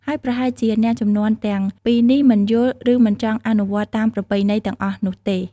ហើយប្រហែលជាអ្នកជំនាន់ទាំងពីរនេះមិនយល់ ឬមិនចង់អនុវត្តតាមប្រពៃណីទាំងអស់នោះទេ។